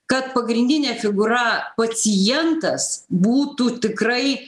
kad pagrindinė figūra pacientas būtų tikrai